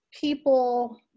people